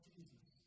Jesus